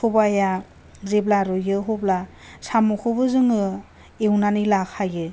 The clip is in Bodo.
सबाया जेब्ला रुैयो अब्ला साम'खौबो जोङो एवनानै लाखायो